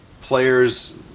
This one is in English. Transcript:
players